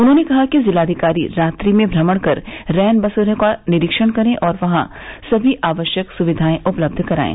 उन्होंने कहा कि जिलाधिकारी रात्रि में भ्रमण कर रैन बसेरों का निरीक्षण करें और वहां सभी आवष्यक सुविधाएं उपलबध कराएं